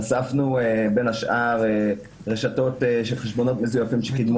חשפנו בין השאר רשתות של חשבונות מזויפים שמימנו